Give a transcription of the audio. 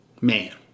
Man